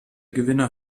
gewinner